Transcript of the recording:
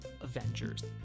Avengers